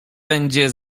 będzie